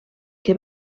que